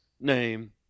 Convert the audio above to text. name